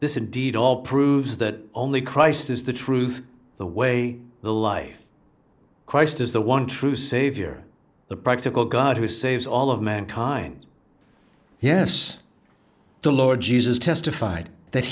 this indeed all proves that only christ is the truth the way the life of christ is the one true savior the practical god who saves all of mankind yes the lord jesus testified that